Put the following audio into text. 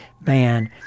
band